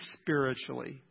spiritually